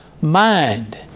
mind